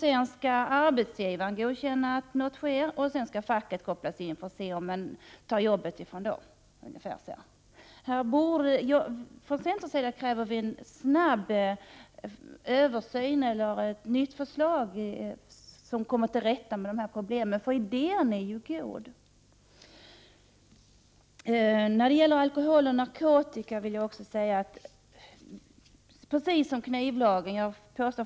Sedan skall arbetsgivaren godkänna att detta sker, och till slut skall facket kopplas in för att se att man inte tar jobb från någon. Från centerns sida kräver vi en snabb översyn eller ett nytt förslag för att komma till rätta med problemen, för idén är ju god. När det gäller alkohol och narkotika vill jag säga att lagen fungerar precis som knivlagen.